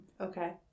Okay